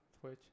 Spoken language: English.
Twitch